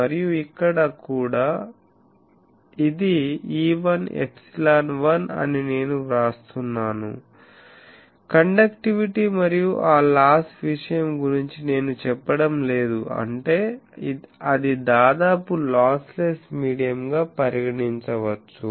మరియు ఇక్కడ కూడా ఇది E1 ε1 అని నేను వ్రాస్తున్నాను కండక్టివిటీ మరియు ఆ లాస్ విషయం గురించి నేను చెప్పడం లేదు అంటే అది దాదాపు లాస్ లెస్ మీడియం గా పరిగణించవచ్చు